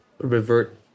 revert